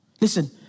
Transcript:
Listen